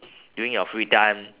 during your free time